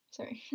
Sorry